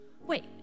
wait